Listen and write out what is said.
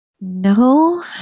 No